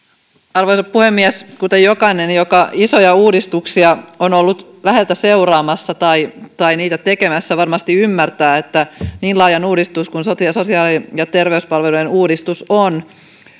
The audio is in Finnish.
arvoisa puhemies kuten jokainen joka isoja uudistuksia on ollut läheltä seuraamassa tai tai niitä tekemässä varmasti ymmärtää kun on niin laaja uudistus kuin sosiaali ja terveyspalveluiden uudistus niin on